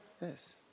Yes